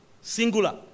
Singular